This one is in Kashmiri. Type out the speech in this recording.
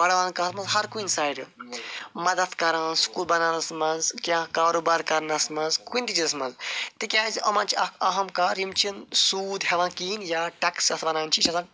بِڈاوان کَتھ منٛز ہر کُنہِ سایڈٕ مدتھ کَران سکوٗل بناونس منٛز کیٛاہ کاروبار کرنس منٛز کُنہِ تہِ چیٖزس منٛز تِکیٛازِ یِمن چھِ اکھ اہم کار یِم چھِنہٕ سوٗد ہٮ۪وان کِہیٖنٛۍ یا ٹیکٕس یَتھ وَنان چھِ یہِ چھِ آسان